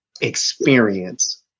experience